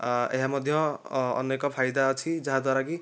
ଏହା ମଧ୍ୟ ଅନେକ ଫାଇଦା ଅଛି ଯାହାଦ୍ଵାରା କି